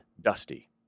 Dusty